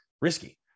risky